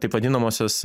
taip vadinamosios